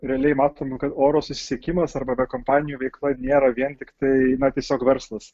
realiai matome kad oro susisiekimas arba aviakompanijų veikla nėra vien tiktai tiesiog verslas